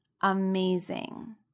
amazing